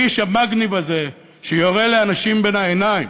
האיש המגניב הזה, שיורה לאנשים בין העיניים,